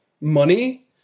money